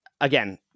again